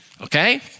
Okay